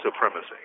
supremacy